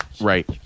Right